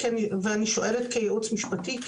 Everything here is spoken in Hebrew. שואלת, כייעוץ משפטי.